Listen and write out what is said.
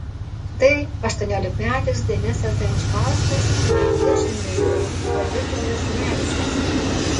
tai aštuoniolikmetis denisas zajančkauskas ir dvidešimt dvejų metų vladislovas zinevičius